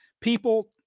People